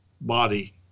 body